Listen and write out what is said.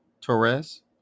torres